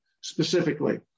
specifically